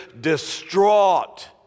distraught